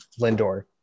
Lindor